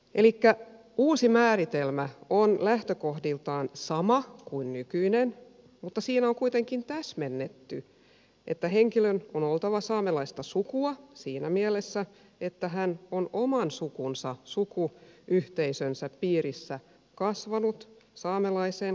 elikkä uusi määritelmä on lähtökohdiltaan sama kuin nykyinen mutta siinä on kuitenkin täsmennetty että henkilön on oltava saamelaista sukua siinä mielessä että hän on oman sukunsa sukuyhteisönsä piirissä kasvanut saamelaiseen kulttuuriin